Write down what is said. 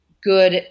good